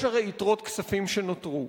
יש הרי יתרות כספים שנותרו,